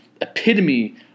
epitome